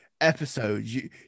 Episode